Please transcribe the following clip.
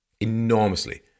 enormously